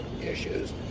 issues